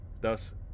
thus